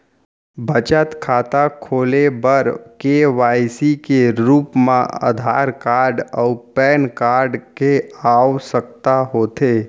बचत खाता खोले बर के.वाइ.सी के रूप मा आधार कार्ड अऊ पैन कार्ड के आवसकता होथे